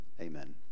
amen